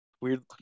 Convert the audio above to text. Weird